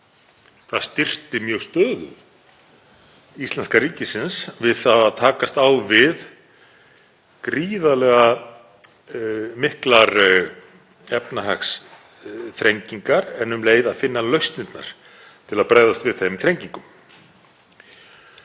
Það styrkti mjög stöðu íslenska ríkisins við það að takast á við gríðarlega miklar efnahagsþrengingar en um leið að finna lausnirnar til að bregðast við þeim þrengingum.